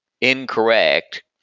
incorrect